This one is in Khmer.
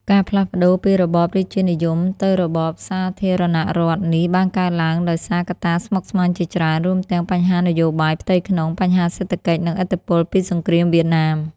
ការផ្លាស់ប្ដូរពីរបបរាជានិយមទៅរបបសាធារណរដ្ឋនេះបានកើតឡើងដោយសារកត្តាស្មុគស្មាញជាច្រើន រួមទាំងបញ្ហានយោបាយផ្ទៃក្នុង បញ្ហាសេដ្ឋកិច្ច និងឥទ្ធិពលពីសង្គ្រាមវៀតណាម។